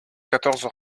quatorze